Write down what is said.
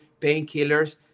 painkillers